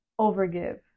overgive